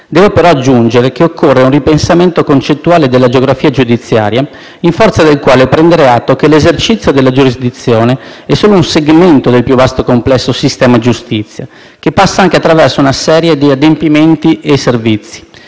Devo però aggiungere che occorre un ripensamento concettuale della geografia giudiziaria in forza del quale prendere atto che l'esercizio della giurisdizione è solo un segmento del più vasto complesso sistema giustizia, che passa anche attraverso una serie di adempimenti e servizi.